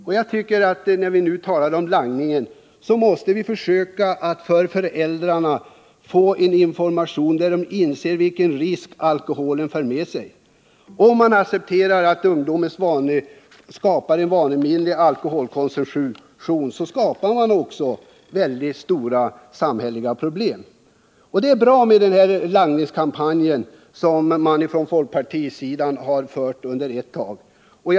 När det gäller langningen måste vi få till stånd en information för föräldrarna, så att de inser vilka risker som alkoholen för med sig. Om man accepterar att ungdomen har en vanemässig alkoholkonsumtion, skapar man mycket stora samhälleliga problem. Den antilangningskampanj som folkpartiet sedan en tid tillbaka talat för är bra.